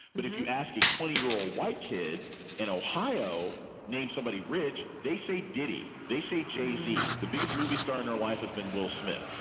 but if you ask a twenty year old white kid in ohio named somebody rich, they say diddy. they say jay-z, the the biggest movie star in her life, has been will smith.